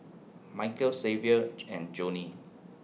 Michael Xavier and Joni